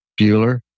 Bueller